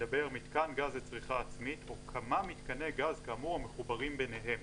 מיתקן גז לצריכה עצמית או כמה מיתקני גז כאמור המחוברים ביניהם